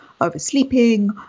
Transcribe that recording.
oversleeping